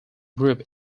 group